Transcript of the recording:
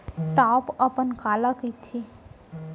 Top अपन काला कहिथे?